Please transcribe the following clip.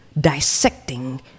dissecting